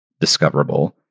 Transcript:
discoverable